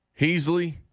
Heasley